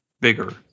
bigger